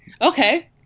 Okay